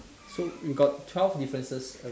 so we got twelve differences